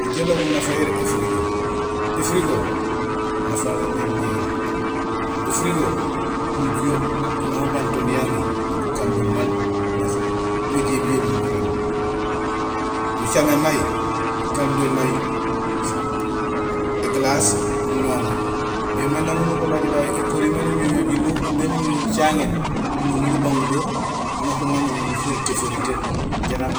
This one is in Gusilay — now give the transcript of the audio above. Ijoow ilobul nafa yara éfirigo; ifirgo, nafahol émémééŋ; éfirgo, nujuhé uŋa ubang to niyaŋi nak ukando maal majébi jébi nuréém, nucaméén may nukando may é glace nunoméén ou bien may nang nubabaj may ékori may nuñoñoow jiluw ou bien nuñoow jacaŋéén, nunomul ubang do min nak nuŋorul faritee feritee jaraam